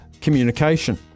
communication